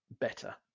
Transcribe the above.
better